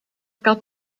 got